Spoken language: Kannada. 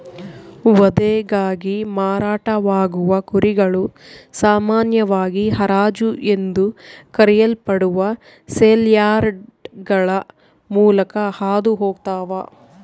ವಧೆಗಾಗಿ ಮಾರಾಟವಾಗುವ ಕುರಿಗಳು ಸಾಮಾನ್ಯವಾಗಿ ಹರಾಜು ಎಂದು ಕರೆಯಲ್ಪಡುವ ಸೇಲ್ಯಾರ್ಡ್ಗಳ ಮೂಲಕ ಹಾದು ಹೋಗ್ತವ